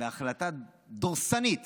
בהחלטה דורסנית